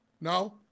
No